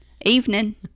evening